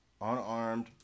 Unarmed